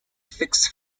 fixed